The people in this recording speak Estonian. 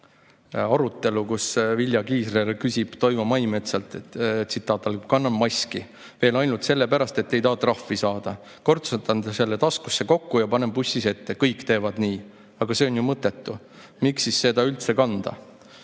arutelu, kus Vilja Kiisler küsib Toivo Maimetsalt. Tsitaat algab: "Kannan maski veel ainult sellepärast, et ei taha trahvi saada. Kortsutan selle taskusse kokku ja panen bussis ette. Kõik teevad nii. Aga see on ju mõttetu. Miks siis seda üldse kanda?"